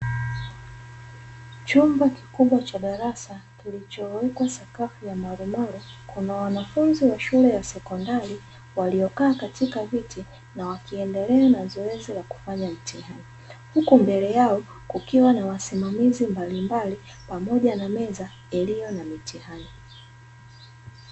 Chumba kikubwa cha darasa kilichowekwa sakafu ya marumaru, kuna wanafunzi wa shule ya sekondari, waliokaa katika viti na wakiendelea na zoezi la kufanya mtihani, huku mbele yao kukiwa na wasimamizi mbalimbali pamoja na meza iliyo na mitihani.